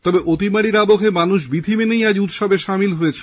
তবে অতিমারীর আবহে মানুষ বিধি মেনেই আজ উৎসবে সামিল হয়েছেন